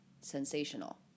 sensational